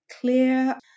clear